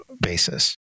basis